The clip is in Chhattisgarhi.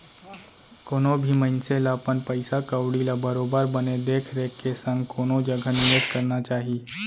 कोनो भी मनसे ल अपन पइसा कउड़ी ल बरोबर बने देख रेख के संग कोनो जघा निवेस करना चाही